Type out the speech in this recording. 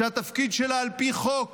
שהתפקיד שלה על פי חוק